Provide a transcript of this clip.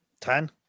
Ten